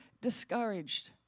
discouraged